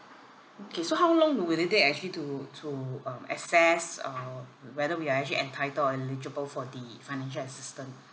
okay so how long will they take actually to to um assess uh whe~ whether we are actually entitled or eligible for the financial assistance